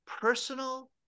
personal